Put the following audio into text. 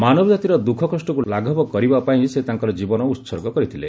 ମାନବକାତିର ଦୁଃଖକଷ୍ଟକୁ ଲାଘବ କରିବା ପାଇଁ ସେ ତାଙ୍କର ଜୀବନ ଉତ୍ସର୍ଗ କରିଥିଲେ